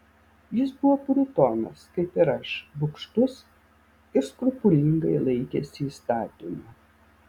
jis buvo puritonas kaip ir aš bugštus ir skrupulingai laikėsi įstatymų